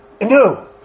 No